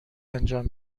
انجام